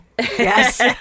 Yes